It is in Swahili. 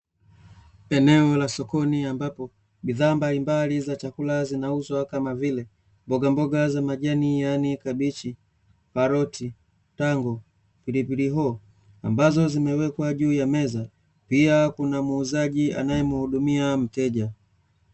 Eneo la sokoni ambapo bidhaa mbalimbali za chakula zinauzwa, kama vile; mbogamboga za majani yaani kabichi, karoti, tango, pilipili hoho, ambazo zimewekwa juu ya meza, pia kuna muuzaji anayemhudumia mteja.